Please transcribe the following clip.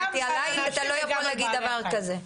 כי עליי אתה לא יכול להגיד דבר כזה.